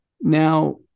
Now